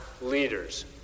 leaders